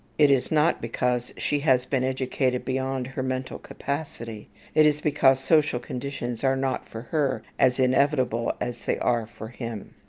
it is not because she has been educated beyond her mental capacity it is because social conditions are not for her as inevitable as they are for him.